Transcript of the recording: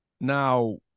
Now